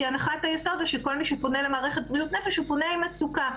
כי הנחת היסוד היא שכל מי שפונה למערכת בריאות הנפש פונה עם מצוקה.